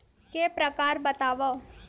के प्रकार बतावव?